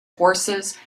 horses